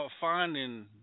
finding